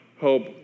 hope